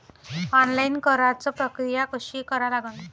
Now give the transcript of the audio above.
Online कराच प्रक्रिया कशी करा लागन?